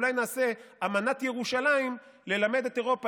אולי נעשה אמנת ירושלים ללמד את אירופה